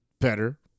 better